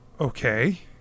okay